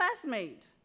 classmate